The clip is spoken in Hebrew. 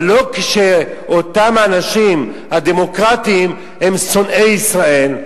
אבל לא כשאותם האנשים הדמוקרטים הם שונאי ישראל,